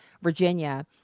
Virginia